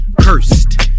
cursed